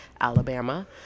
Alabama